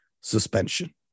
suspension